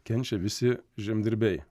kenčia visi žemdirbiai